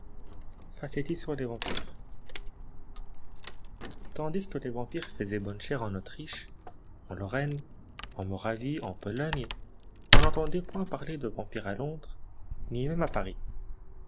sur les vampires tandis que les vampires faisaient bonne chère en autriche en lorraine en moravie en pologne on n'entendait point parler de vampires à londres ni même à paris